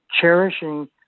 cherishing